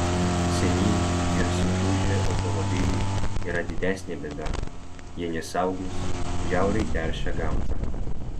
seni ir sukiužę automobiliai yra didesnė bėda jie nesaugūs žiauriai teršia gamtą